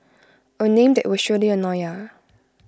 A name that will surely annoy ya